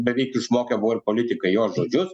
beveik išmokę buvo ir politikai jos žodžius